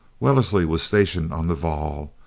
wellesley was stationed on the waal,